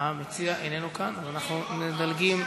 המציע איננו כאן, אז אנחנו מדלגים.